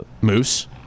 Moose